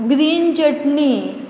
green चटणी